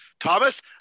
Thomas